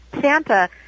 Santa